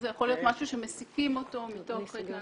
זה יכול להיות משהו שמסיקים אותו מתוך ההתנהגות?